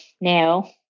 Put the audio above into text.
now